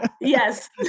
yes